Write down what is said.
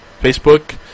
Facebook